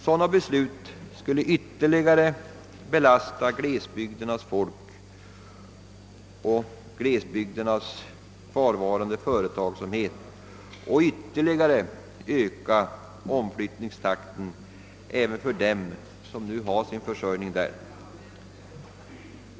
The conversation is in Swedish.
Sådana beslut skulle ytterligare belasta glesbygdernas folk och kvarvarande företagsamhet och ännu mer öka omflyttningstakten när det gäller dem som nu har sin försörjning där.